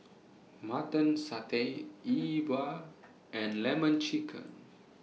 Mutton Satay E Bua and Lemon Chicken